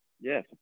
yes